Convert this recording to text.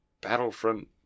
battlefront